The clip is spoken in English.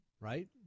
right